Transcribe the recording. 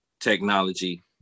technology